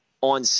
on